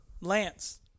Lance